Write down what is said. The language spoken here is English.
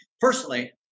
personally